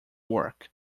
work